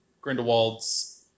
Grindelwald's